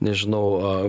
nežinau a